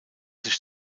sich